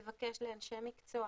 לבקש לאנשי מקצוע,